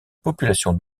population